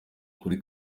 kuri